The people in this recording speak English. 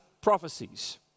prophecies